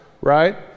right